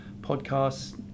podcasts